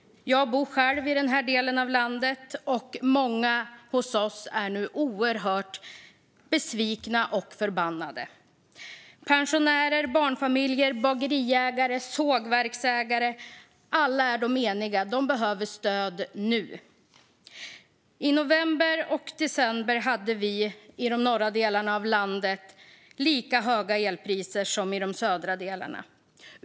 Jag bor själv i den delen av landet. Många hos oss är nu oerhört besvikna och förbannade. Pensionärer, barnfamiljer, bageriägare och sågverksägare är alla eniga; de behöver stöd nu. I november och december hade vi i de norra delarna av landet lika höga elpriser som man hade i de södra delarna.